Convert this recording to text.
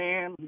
Man